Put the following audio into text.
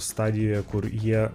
stadijoj kur jie